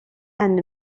and